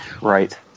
Right